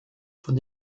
von